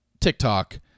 tiktok